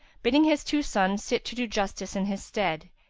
bidding his two sons sit to do justice in his stead,